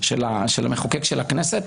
של המחוקק בכנסת